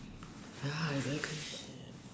ya exactly